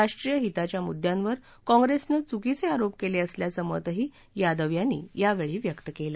राष्ट्रीय हिताच्या मुद्यांवर काँग्रेसनं चुकीचे आरोप केले असल्याचं मतही यादव यांनी यावेळी व्यक्त केलं